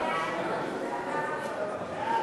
סעיפים 1 2 נתקבלו.